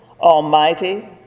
almighty